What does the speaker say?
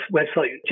website